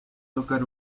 tocar